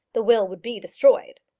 the will would be destroyed.